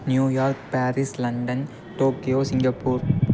New York Paris London Tokyo Singapore